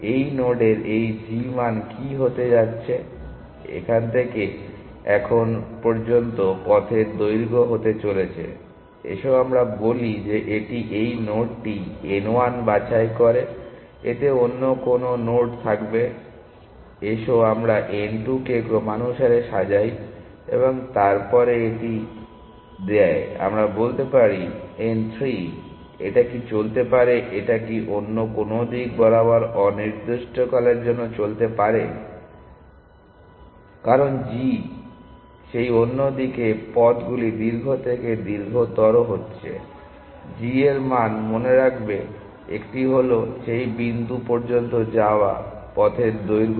এই নোডের এই g মান কি হতে যাচ্ছে এখান থেকে এখান পর্যন্ত পথের দৈর্ঘ্য হতে চলেছে এসো আমরা বলি যে এটি এই নোডটি n 1 বাছাই করে এতে অন্য কোন নোড থাকবে আসুন আমরা n 2 কে ক্রমানুসারে সাজাই এবং তারপরে এটি দেয় আমরা বলতে পারি n 3 এটা কি চলতে পারে এটা কি অন্য কোন দিক বরাবর অনির্দিষ্টকালের জন্য চলতে পারে কারণ g কারণ সেই অন্য দিকে পাথগুলি দীর্ঘ থেকে দীর্ঘতর হচ্ছে g এর মান মনে রাখবে একটি হল সেই বিন্দু পর্যন্ত পাওয়া পথের দৈর্ঘ্য